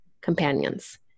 companions